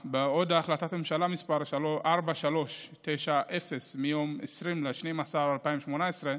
בהחלטות ממשלה מס' 4390, מיום 20 בדצמבר 2018,